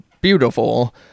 beautiful